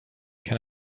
can